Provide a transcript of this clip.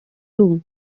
role